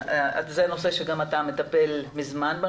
זה נושא שאתה מטפל בו מזמן.